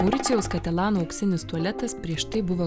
mauricijaus katelano auksinis tualetas prieš tai buvo